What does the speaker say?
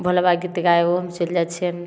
भोला बाबा गीत गाबैओ हम चलि जाइ छिअनि